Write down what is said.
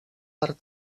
per